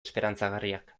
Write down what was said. esperantzagarriak